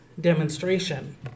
demonstration